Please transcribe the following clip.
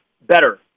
better